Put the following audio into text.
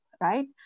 right